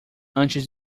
antes